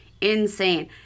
insane